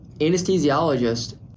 anesthesiologist